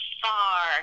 far